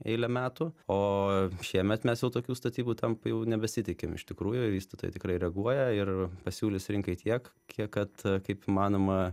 eilę metų o šiemet mes jau tokių statybų tempų jau nebesitikim iš tikrųjų vystytojai tikrai reaguoja ir pasiūlys rinkai tiek kiek kad kaip įmanoma